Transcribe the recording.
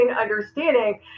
understanding